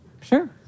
sure